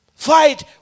Fight